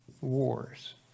wars